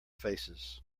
faces